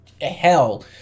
hell